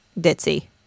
Ditzy